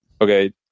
Okay